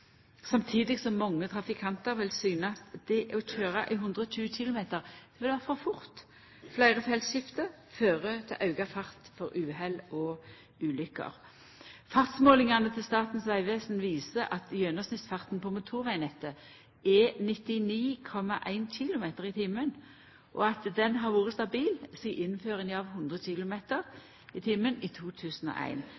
samtidig som mange trafikantar vil synast at det å køyra i 120 km/t er for fort. Fleire feltskifte fører til auka fart og uhell og ulykker. Statens vegvesen sine fartsmålingar viser at gjennomsnittsfarten på motorvegnettet er 99,1 km/t og har vore stabil sidan innføringa av 100 km